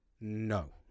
no